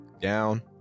Down